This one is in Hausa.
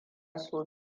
sau